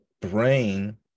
brain